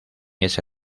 ese